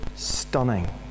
stunning